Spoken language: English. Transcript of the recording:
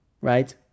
Right